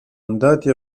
andati